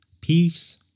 peace